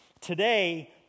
Today